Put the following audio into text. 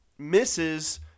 misses